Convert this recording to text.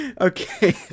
Okay